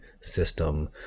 system